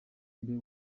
mbe